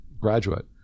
graduate